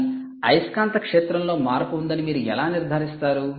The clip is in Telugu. కానీ అయస్కాంత క్షేత్రం లో మార్పు ఉందని మీరు ఎలా నిర్ధారిస్తారు